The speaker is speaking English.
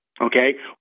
okay